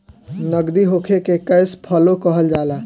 नगदी होखे के कैश फ्लो कहल जाला